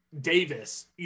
Davis